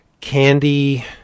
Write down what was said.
Candy